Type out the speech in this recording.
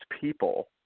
people